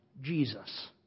Jesus